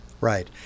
right